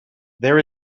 there